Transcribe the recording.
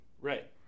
Right